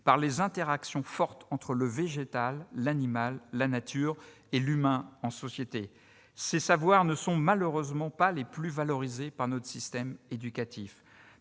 par les interactions fortes entre le végétal, l'animal, la nature et l'humain en société. Ces savoirs ne sont malheureusement pas les plus valorisés par notre système éducatif.